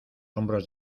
hombros